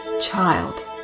Child